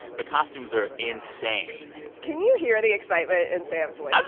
the costumes are insane can you hear the excitement in sam's voice?